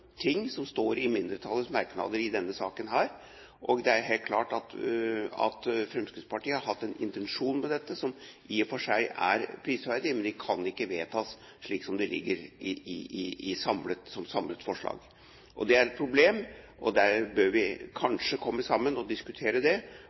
helt klart at Fremskrittspartiet har hatt en intensjon med dette som i og for seg er prisverdig, men forslagene kan ikke vedtas slik de ligger som samlet forslag. Det er et problem, og vi bør kanskje komme sammen og diskutere det.